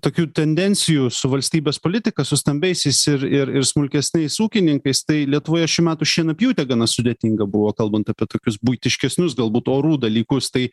tokių tendencijų su valstybės politika su stambiaisiais ir ir ir smulkesniais ūkininkais tai lietuvoje šių metų šienapjūtė gana sudėtinga buvo kalbant apie tokius buitiškesnius galbūt orų dalykus tai